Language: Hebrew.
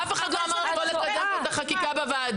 אף אחד לא אמר לך לא לקדם פה את החקיקה בוועדה.